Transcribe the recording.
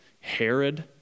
Herod